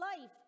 life